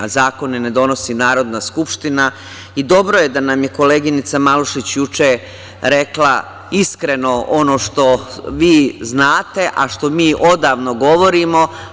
Zakone ne donosi Narodna skupština i dobro je da nam je koleginica Malušić juče rekla iskreno ono što vi znate, a što mi odavno govorimo.